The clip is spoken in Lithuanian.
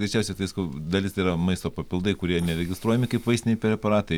greičiausiai tai sakau dalis yra maisto papildai kurie neregistruojami kaip vaistiniai preparatai